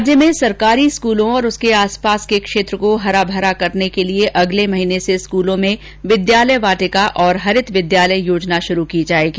राज्य में सरकारी स्कूलों और उसके आसपास के क्षेत्र को हराभरा करने के लिए अगले माह से स्कूलों में विद्यालय वाटिका और हरित विद्यालय योजना शुरू की जाएगी